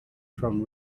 from